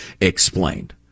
explained